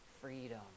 freedom